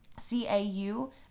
c-a-u